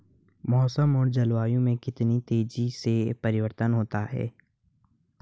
मौसम और जलवायु में कितनी तेजी से परिवर्तन होता है?